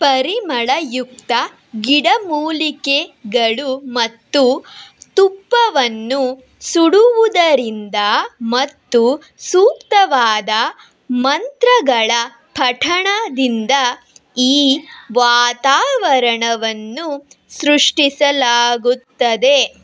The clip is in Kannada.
ಪರಿಮಳಯುಕ್ತ ಗಿಡಮೂಲಿಕೆಗಳು ಮತ್ತು ತುಪ್ಪವನ್ನು ಸುಡುವುದರಿಂದ ಮತ್ತು ಸೂಕ್ತವಾದ ಮಂತ್ರಗಳ ಪಠಣದಿಂದ ಈ ವಾತಾವರಣವನ್ನು ಸೃಷ್ಟಿಸಲಾಗುತ್ತದೆ